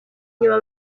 inyuma